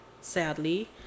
sadly